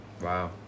Wow